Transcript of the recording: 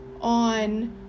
on